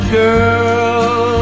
girl